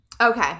Okay